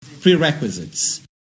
Prerequisites